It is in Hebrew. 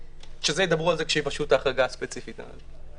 ידברו על זה כשיבקשו את ההחרגה הספציפית הזאת.